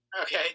Okay